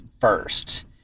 first